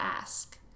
ask